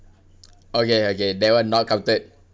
okay okay that [one] not counted